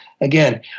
again